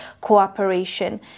cooperation